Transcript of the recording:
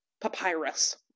papyrus